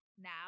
now